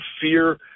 fear